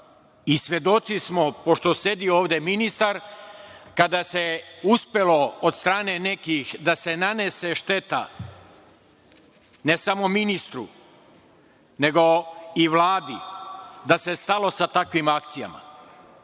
Svedoci smo, pošto sedi ovde ministar, kada se uspelo od strane nekih da se nanese šteta ne samo ministru, nego i Vladi, da se stalo sa takvim akcijama.